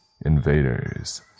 invaders